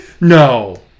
No